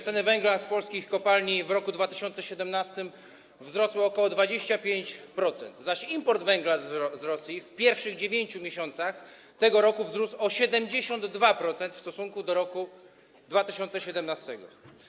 Ceny węgla z polskich kopalni w roku 2017 wzrosły o ok. 25%, zaś import węgla z Rosji w pierwszych 9 miesiącach tego roku wzrósł o 72% w stosunku do roku 2017.